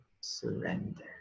surrender